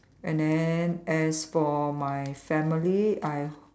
and then as for my family I